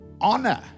honor